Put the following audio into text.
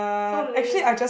so lame